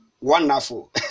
Wonderful